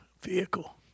vehicle